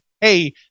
hey